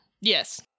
Yes